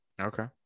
Okay